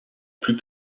plus